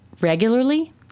regularly